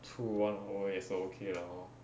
出 one hour 也是 okay lah hor